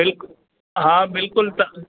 बिल्कुलु हा बिल्कुलु तव्हां